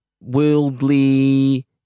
worldly